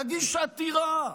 תגיש עתירה,